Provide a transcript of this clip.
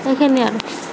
সেইখিনিয়ে আৰু